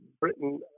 Britain